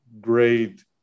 great